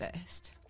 first